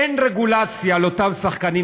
אין רגולציה על אותם שחקנים,